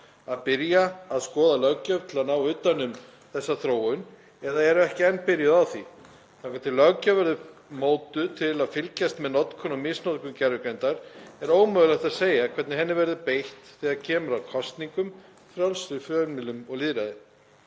að byrja að skoða löggjöf til að ná utan um þessa þróun eða eru ekki enn byrjuð á því. Þangað til löggjöf verður mótuð til að fylgjast með notkun og misnotkun gervigreindar er ómögulegt að segja hvernig henni verður beitt þegar kemur að kosningum, frjálsri fjölmiðlun og lýðræði.